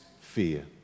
fear